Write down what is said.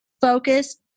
focus